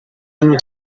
them